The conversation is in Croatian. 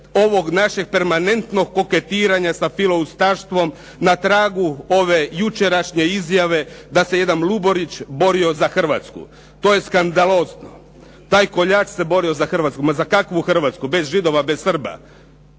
ovog našeg permanentnog koketiranja sa filoustaštvom na tragu ove jučerašnje izjave da se jedan Luborić borio za Hrvatsku. To je skandalozno! Taj koljač se borio za Hrvatsku. Ma za kakvu Hrvatsku bez Židova, bez Srba.